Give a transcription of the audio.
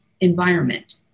environment